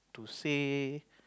to say